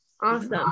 Awesome